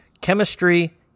chemistry